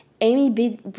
Amy